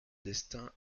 destin